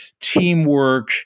teamwork